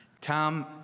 Tom